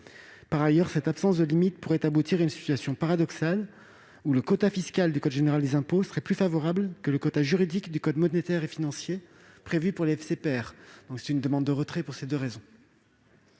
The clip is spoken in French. Par ailleurs, cette absence de limite pourrait aboutir à une situation paradoxale, où le quota fiscal du code général des impôts serait plus favorable que le quota juridique du code monétaire et financier prévu pour les FCPR. Pour ces deux raisons,